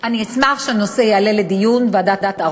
אני אשמח אם הנושא יעלה לדיון בוועדת העבודה,